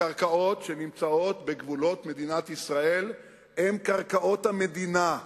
הקרקעות שנמצאות בגבולות מדינת ישראל הן קרקעות המדינה,